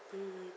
mm